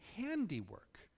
handiwork